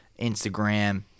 instagram